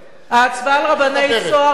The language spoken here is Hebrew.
עכשיו היא מדברת.